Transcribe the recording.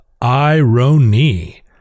irony